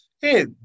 Hey